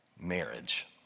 marriage